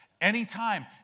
Anytime